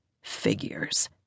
Figures